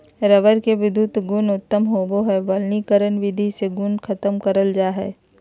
rubber के विधुत गुण उत्तम होवो हय वल्कनीकरण विधि से गुण खत्म करल जा हय